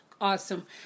Awesome